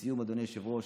לסיום, אדוני היושב-ראש,